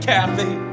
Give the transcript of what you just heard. Kathy